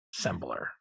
assembler